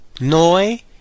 Noi